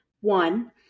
one